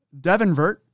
Devinvert